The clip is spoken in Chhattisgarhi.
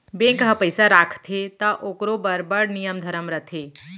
बेंक ह पइसा राखथे त ओकरो बड़ नियम धरम रथे